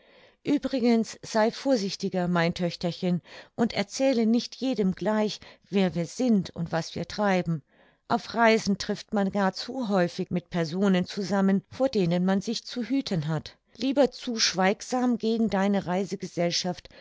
uebrigens sei vorsichtiger mein töchterchen und erzähle nicht jedem gleich wer wir sind und was wir treiben auf reisen trifft man gar zu häufig mit personen zusammen vor denen man sich zu hüten hat lieber zu schweigsam gegen deine